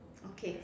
okay